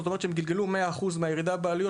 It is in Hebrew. זאת אומרת שהם גלגלו 100% מהירידה בעלויות